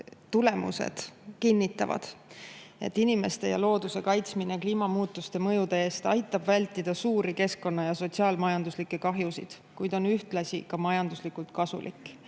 tulemused kinnitavad, et inimeste ja looduse kaitsmine kliimamuutuste mõjude eest aitab vältida suuri keskkonna- ja sotsiaal-majanduslikke kahjusid, kuid on ühtlasi majanduslikult kasulik.